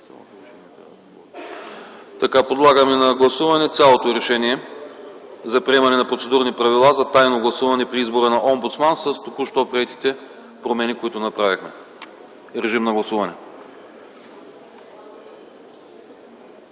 Подлагаме на гласуване цялото Решение за приемане на Процедурни правила за тайно гласуване при избор на омбудсман с току-що приетите промени, които бяха направени. Моля, гласувайте.